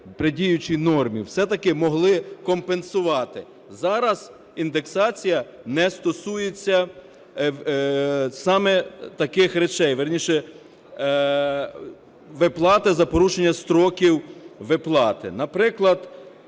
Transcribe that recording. при діючій нормі все-таки могли компенсувати, зараз індексація не стосується саме таких речей, вірніше, виплати за порушення строків виплати. Наприклад,